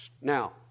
Now